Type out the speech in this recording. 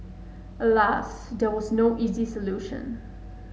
alas there is no easy solution